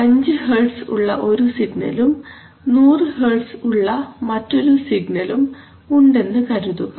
5 hertz ഉള്ള ഒരു സിഗ്നലും 100 ഹെർട്ട്സ് ഉള്ള മറ്റൊരു സിഗ്നലും ഉണ്ടെന്നു കരുതുക